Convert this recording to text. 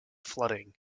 flooding